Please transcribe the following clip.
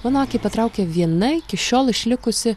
mano akį patraukė viena iki šiol išlikusi